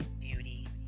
Beauty